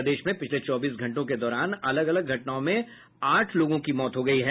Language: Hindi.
प्रदेश में पिछले चौबीस घंटों के दौरान अलग अलग घटनाओं में आठ लोगों की मौत हो गयी है